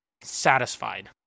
satisfied